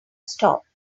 stopped